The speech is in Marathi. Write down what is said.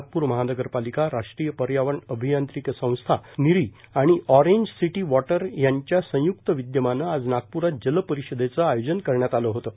नागपूर महानगरपालिका राष्ट्रीय पर्यावरण अभियांत्रिकी संस्या नीरी आणि अँरिंज सिटी वॉटर यांच्या संयुक्त विद्यमानं आज नागपुरात जलपरिषदेचं आयोजन करण्यात आलं होतं